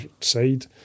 side